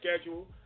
schedule